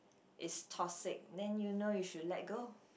is toxic then you know you should let go